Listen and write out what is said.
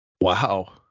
Wow